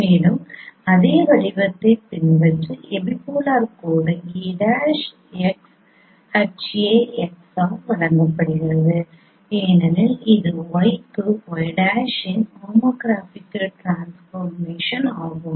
மேலும் அதே வடிவத்தை பின்பற்றி எபிபோலார் கோடு e'XHAx ஆல் வழங்கப்படுகிறது ஏனெனில் இது y க்கு y' இன் ஹோமோகிராஃபிக் ட்ரான்ஸபார்மேஷன் ஆகும்